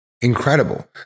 Incredible